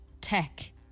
tech